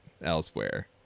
elsewhere